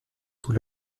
sous